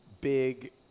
big